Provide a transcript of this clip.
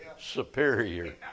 superior